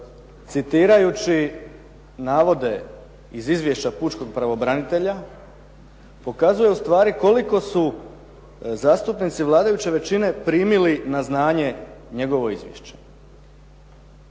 citirajući navode iz izvješća pučkog pravobranitelja pokazuje ustvari koliko su zastupnici vladajuće većine primili na znanje njegovo izvješće.